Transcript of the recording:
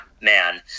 man